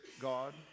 God